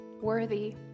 worthy